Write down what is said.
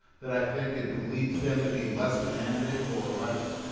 that i think it leads them to be less demanding or less